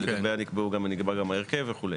שלגביה נקבע גם ההרכב וכו'.